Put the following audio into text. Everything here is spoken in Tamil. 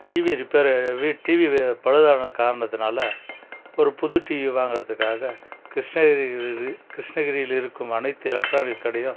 டிவி ரிப்பேரு வீட் டிவி வி பழுதான காரணத்துனால் ஒரு புது டிவி வாங்கறதுக்காக கிருஷ்ணகிரி கிருஷ்ணகிரியில் இருக்கும் அனைத்து எலக்ட்ரானிக்ஸ் கடையும்